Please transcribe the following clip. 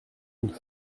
une